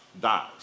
dies